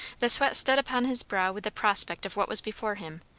the sweat stood upon his brow with the prospect of what was before him,